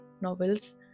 novels